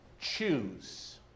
choose